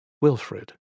Wilfred